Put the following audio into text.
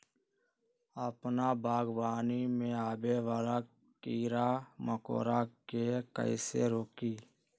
अपना बागवानी में आबे वाला किरा मकोरा के कईसे रोकी?